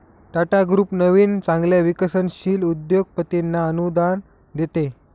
Tata group नवीन चांगल्या विकसनशील उद्योगपतींना अनुदान देते